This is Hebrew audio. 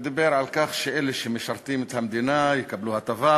ודיבר על כך שאלה שמשרתים את המדינה יקבלו הטבה,